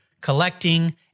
collecting